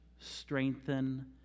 strengthen